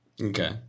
Okay